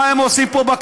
מה הם עושים פה,